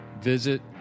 Visit